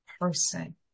person